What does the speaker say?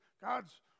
God's